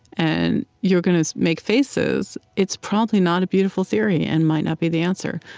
and you're going to make faces, it's probably not a beautiful theory and might not be the answer.